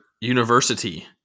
university